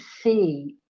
see